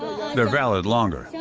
and valid longer.